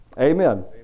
Amen